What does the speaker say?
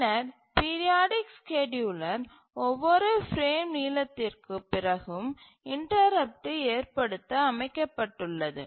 பின்னர் periodic scheduler ஒவ்வொரு frame நீளத்திற்கு பிறகு இன்டரப்ட்டு ஏற்படுத்த அமைக்கப்பட்டுள்ளது